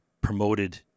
promoted